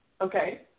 okay